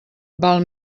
val